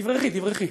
תברחי, תברחי.